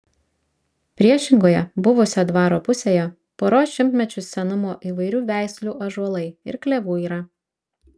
priešingoje buvusio dvaro pusėje poros šimtmečių senumo įvairių veislių ąžuolai ir klevų yra